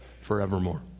forevermore